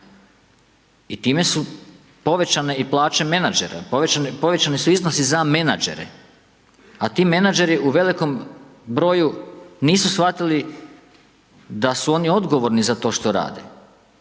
i time su povećane i plaće menadžera. Povećani su iznosi za menadžere. A ti menadžeri u velikom broju nisu shvatili da su oni odgovorni za to što rade,